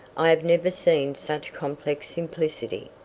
i have never seen such complex simplicity.